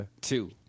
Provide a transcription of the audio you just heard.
Two